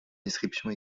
description